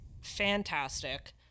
fantastic